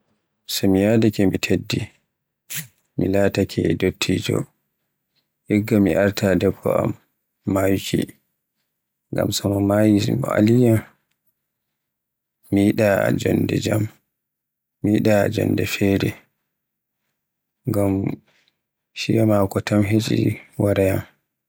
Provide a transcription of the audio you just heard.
So mi yaadake mi teddi, mi lataake dottijo, igga mi arta debbo am mayde, ngam so mo mayi mo aliyam mi yiɗa jonde jaam, mi yiɗa jonde fere. Ngam shiya maako tam hecci waraayam.